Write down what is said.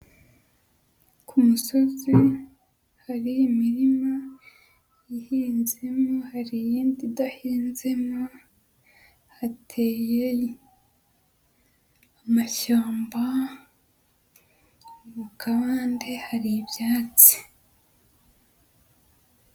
Ku musozi hari imirima ihinzemo, hari iyindi idahinzema, hateye amashyamba, mu kabande hari ibyatsi.